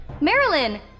Marilyn